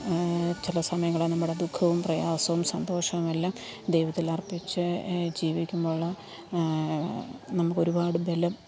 ചില സമയങ്ങളിൽ നമ്മുടെ ദുഃഖവും പ്രയാസവും സന്തോഷവും എല്ലാം ദൈവത്തിലർപ്പിച്ച് ജീവിക്കുമ്പോഴുള്ള നമുക്കൊരുപാട് ബലം